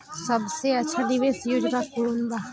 सबसे अच्छा निवेस योजना कोवन बा?